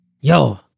yo